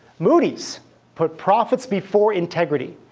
moody's put profits before integrity,